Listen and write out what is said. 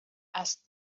asked